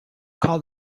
called